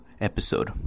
episode